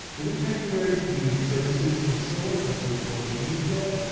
we will head towards the services console and look for media.